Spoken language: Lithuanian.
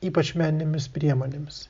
ypač meninėmis priemonėmis